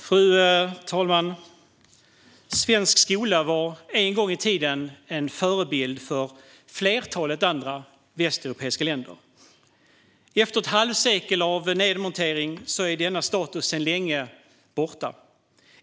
Fru talman! Svensk skola var en gång i tiden en förebild för flertalet andra västeuropeiska länder. Efter ett halvsekel av nedmontering är denna status sedan länge borta.